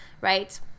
right